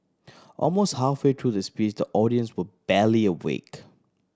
almost halfway through the speech the audience were barely awake